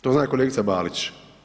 To zna i kolegica Balić.